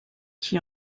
qui